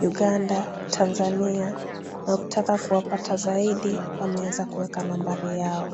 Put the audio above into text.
Uganda, Tanzania na ukitaka kuwapata zaidi wameweza kuweka nambari yao.